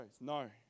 No